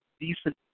decent